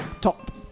top